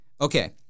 Okay